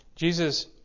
Jesus